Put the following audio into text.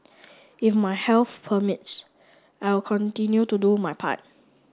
if my health permits I will continue to do my part